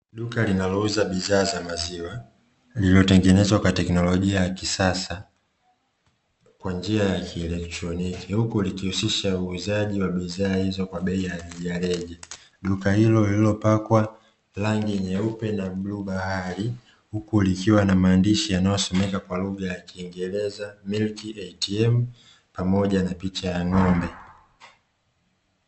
Duka linalouza bidhaa za maziwa, lililotengenezwa kwa teknolojia ya kisasa kwa njia ya kieletroniki huku likihusisha uuzaji wa bidhaa hizo kwa bei ya rejareja. Duka hilo lililopakwa rangi nyeupe na bluu bahari, huku likiwa na maandishi yanayosomeka kwa lugha ya kiingereza "Miliki etiem ", pamoja na picha ya ng'ombe.